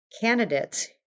candidates